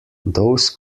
those